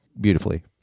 beautifully